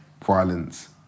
violence